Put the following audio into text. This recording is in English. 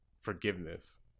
forgiveness